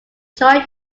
joined